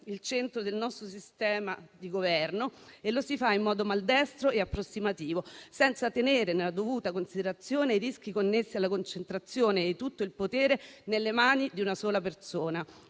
il centro del nostro sistema di governo e lo si fa in modo maldestro e approssimativo, senza tenere nella dovuta considerazione i rischi connessi alla concentrazione di tutto il potere nelle mani di una sola persona.